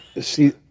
See